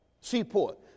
seaport